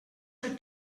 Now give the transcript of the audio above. her